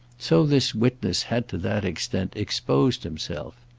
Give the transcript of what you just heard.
so this witness had to that extent exposed himself.